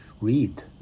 read